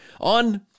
on